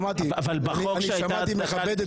אמרתי שאני מכבד.